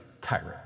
tyrant